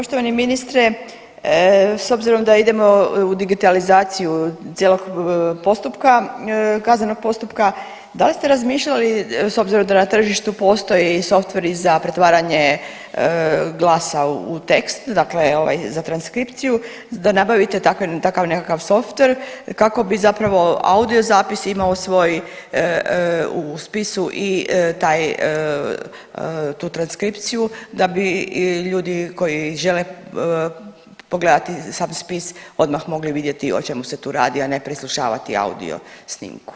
Poštovani ministre, s obzirom da idemo u digitalizaciju cijelog postupka, kaznenog postupka da li ste razmišljali s obzirom da na tržištu postoje i softveri za pretvaranje glasa u tekst, dakle ovaj za transkripciju da nabavite takav, takav nekakav softver kako bi zapravo audio zapis imao svoj u spisu i taj, tu transkripciju da bi ljudi koji žele pogledati sam spis odmah mogli vidjeti o čemu se tu radi, a ne preslušavati audio snimku, hvala lijepo.